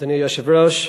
אדוני היושב-ראש,